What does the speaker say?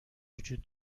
وجود